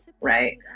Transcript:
right